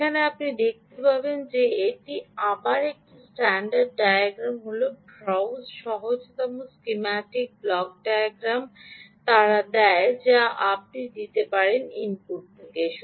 এখানে আপনি দেখতে পাবেন যে এটি আবার একই স্ট্যান্ডার্ড ডায়াগ্রাম সহজতর স্কিম্যাটিক ব্লক ডায়াগ্রাম দেয় যা আপনি ইনপুট থেকে দিতে পারেন